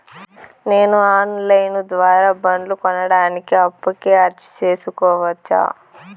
నేను online ద్వారా బండ్లు కొనడానికి అప్పుకి అర్జీ సేసుకోవచ్చా?